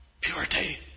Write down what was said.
Purity